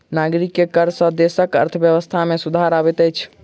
नागरिक के कर सॅ देसक अर्थव्यवस्था में सुधार अबैत अछि